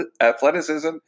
athleticism